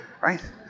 Right